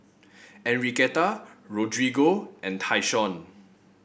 Enriqueta Rodrigo and Tyshawn